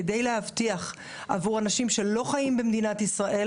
כדי להבטיח עבור אנשים שלא חיים במדינת ישראל